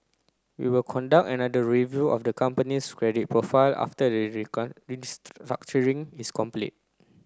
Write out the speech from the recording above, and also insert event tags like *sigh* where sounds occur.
we will conduct another review of the company's credit profile after the *unintelligible* restructuring is complete